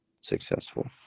successful